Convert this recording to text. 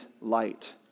light